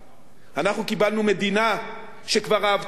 אנחנו קיבלנו מדינה שהאבטלה בה עלתה